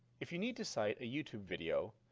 if you need to cite a youtube video,